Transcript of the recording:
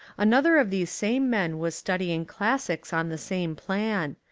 another of these same men was studying classics on the same plan.